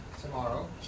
tomorrow